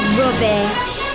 rubbish